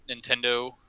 Nintendo